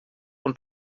und